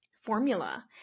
formula